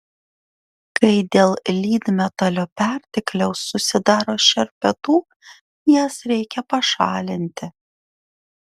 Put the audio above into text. kai dėl lydmetalio pertekliaus susidaro šerpetų jas reikia pašalinti